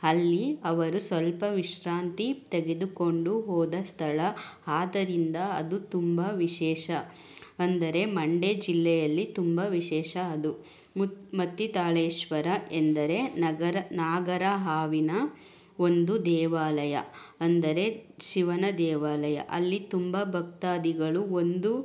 ಅಲ್ಲಿ ಅವರು ಸ್ವಲ್ಪ ವಿಶ್ರಾಂತಿ ತೆಗೆದುಕೊಂಡು ಹೋದ ಸ್ಥಳ ಆದ್ದರಿಂದ ಅದು ತುಂಬ ವಿಶೇಷ ಅಂದರೆ ಮಂಡ್ಯ ಜಿಲ್ಲೆಯಲ್ಲಿ ತುಂಬ ವಿಶೇಷ ಅದು ಮು ಮತ್ತಿ ತಾಳೇಶ್ವರ ಎಂದರೆ ನಗರ ನಾಗರ ಹಾವಿನ ಒಂದು ದೇವಾಲಯ ಅಂದರೆ ಶಿವನ ದೇವಾಲಯ ಅಲ್ಲಿ ತುಂಬ ಭಕ್ತಾದಿಗಳು ಒಂದು